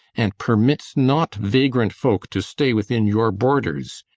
and permits not vagrant folk to stay within your borders.